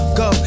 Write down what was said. go